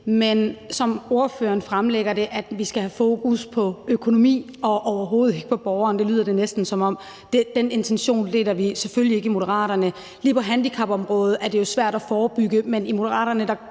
men som spørgeren fremlægger det, skal vi have fokus på økonomi og overhovedet ikke på borgeren, lyder det næsten som om, og den intention deler vi selvfølgelig ikke i Moderaterne. Lige på handicapområdet er det jo svært at forebygge, men i Moderaterne